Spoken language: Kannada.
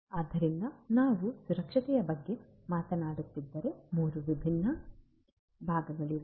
ಆದ್ದರಿಂದ ನಾವು ಸುರಕ್ಷತೆಯ ಬಗ್ಗೆ ಮಾತನಾಡುತ್ತಿದ್ದರೆ 3 ವಿಭಿನ್ನ ಪ್ರಾಂಗ್ಗಳಿವೆ